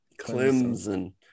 Clemson